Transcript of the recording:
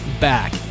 back